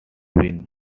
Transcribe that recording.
been